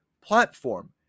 platform